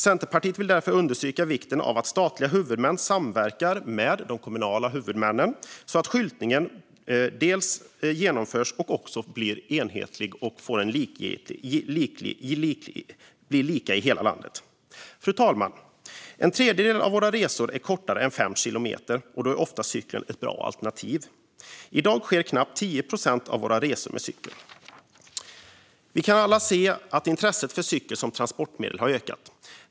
Centerpartiet vill därför understryka vikten av att statliga huvudmän samverkar med de kommunala huvudmännen så att skyltningen genomförs och blir enhetlig och likadan i hela landet. Fru talman! En tredjedel av våra resor är kortare än 5 kilometer, och då är cykeln ofta ett bra alternativ. I dag sker knappt 10 procent av våra resor med cykel. Vi kan alla se att intresset för cykeln som transportmedel har ökat.